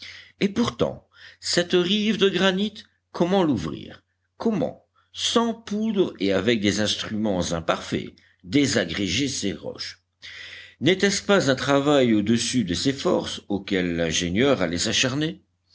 et pourtant cette rive de granit comment l'ouvrir comment sans poudre et avec des instruments imparfaits désagréger ces roches n'était-ce pas un travail au-dessus de ses forces auquel l'ingénieur allait